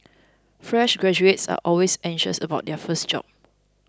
fresh graduates are always anxious about their first job